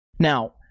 Now